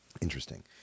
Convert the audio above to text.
interesting